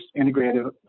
integrative